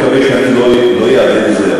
אני מאוד מקווה שלא אאבד את זה,